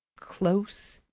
close,